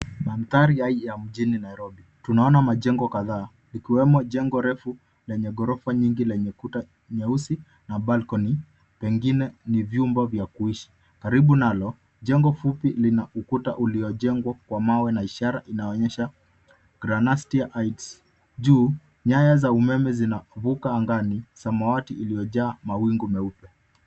Mandhari hai ya mjini Nairobi. Tunaona majengo kadhaa ikiwemo jengo refu lenye ghorofa nyingi lenye kuta nyeusi na balcony pengine ni vyumba vya kuishi. Karibu nalo, jengo fupi lina ukuta uliojengwa kwa mawe na ishara inaonyesha Granastia Heights. Juu, nyaya za umeme zinavuka angani, samawati iliyojaa mawingu mweupe.